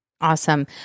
Awesome